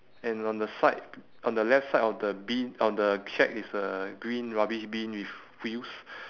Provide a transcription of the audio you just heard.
and on the side on the left side of the bin of the shack is a green rubbish bin with wheels